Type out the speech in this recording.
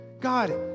God